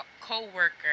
co-worker